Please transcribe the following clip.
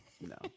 no